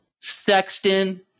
Sexton